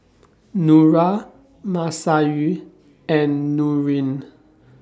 Nura Masayu and Nurin